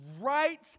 right